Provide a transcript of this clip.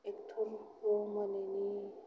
एक्टरखौ मोनैनि